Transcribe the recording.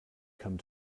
come